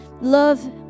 love